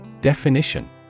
Definition